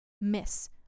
miss